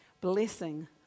blessing